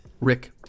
Rick